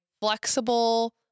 flexible